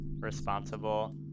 responsible